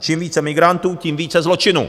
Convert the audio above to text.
Čím více migrantů, tím více zločinu.